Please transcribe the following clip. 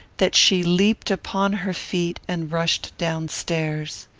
that she leaped upon her feet and rushed down-stairs.